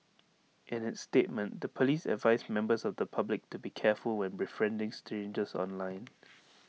in its statement the Police advised members of the public to be careful when befriending strangers online